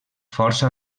força